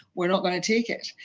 we're not going to take it.